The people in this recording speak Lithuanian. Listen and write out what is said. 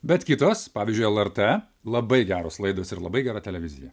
bet kitos pavyzdžiui lrt labai geros laidos ir labai gera televizija